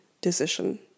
decision